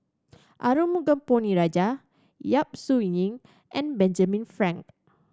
Arumugam Ponnu Rajah Yap Su Yin and Benjamin Frank